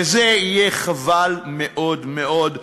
וזה יהיה חבל מאוד מאוד,